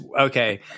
okay